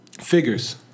figures